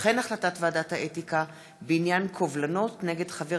וכן החלטת ועדת האתיקה בעניין קובלנות נגד חבר